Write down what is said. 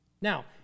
Now